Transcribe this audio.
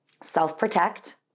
self-protect